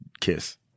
Kiss